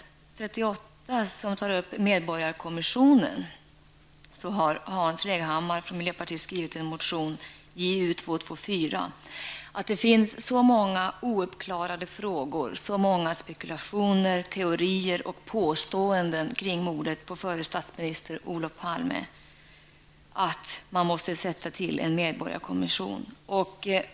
När det gäller medborgarkommissionen, mom. 38, har Hans Leghammar från miljöpartiet skrivit en motion -- Ju224 -- om att det finns så många ouppklarade frågor, så många spekulationer, teorier och påståenden kring mordet på förre statsminister Olof Palme att man måste tillsätta en medborgarkommission.